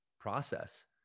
process